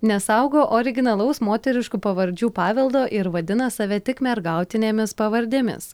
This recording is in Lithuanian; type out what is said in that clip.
nesaugo originalaus moteriškų pavardžių paveldo ir vadina save tik mergautinėmis pavardėmis